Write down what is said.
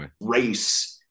race